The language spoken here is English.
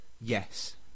Yes